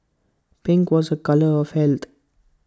pink was A colour of health